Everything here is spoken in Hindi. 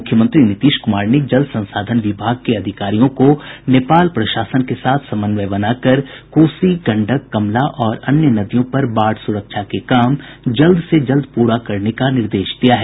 मुख्यमंत्री नीतीश कुमार ने जल संसाधन विभाग के अधिकारियों को नेपाल प्रशासन के साथ समन्वय बनाकर कोसी गंडक कमला और अन्य नदियों पर बाढ़ सुरक्षा के काम जल्द से जल्द पूरा करने का निर्देश दिया है